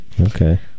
Okay